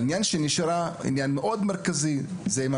אבל עניין הנשירה הוא עניין מרכזי ו-